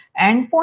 endpoint